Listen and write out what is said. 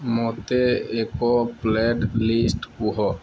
ମୋତେ ଏକ playlist କୁହ